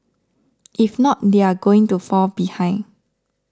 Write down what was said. if not they are going to fall behind